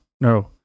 no